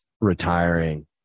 retiring